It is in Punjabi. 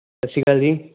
ਸਤਿ ਸ਼੍ਰੀ ਅਕਾਲ ਜੀ